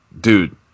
dude